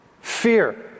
fear